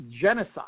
genocide